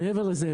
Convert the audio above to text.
מעבר לזה,